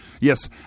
Yes